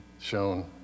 shown